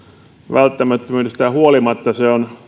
välttämättömyydestään huolimatta